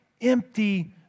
empty